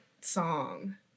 song